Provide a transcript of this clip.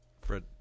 Fred